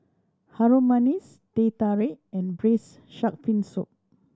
Harum Manis Teh Tarik and braise shark fin soup